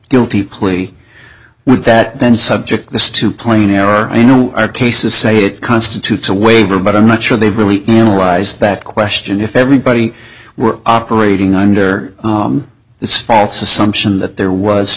guilty plea with that then subject this to plain error you know our cases say it constitutes a waiver but i'm not sure they've really analyze that question if everybody were operating under this false assumption that there was